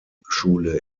schule